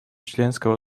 членского